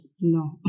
No